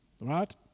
Right